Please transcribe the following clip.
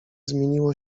zmieniło